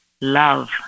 love